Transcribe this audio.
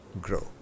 grow